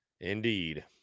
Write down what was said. Indeed